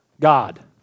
God